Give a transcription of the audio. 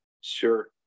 sure